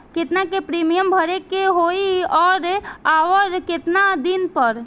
केतना के प्रीमियम भरे के होई और आऊर केतना दिन पर?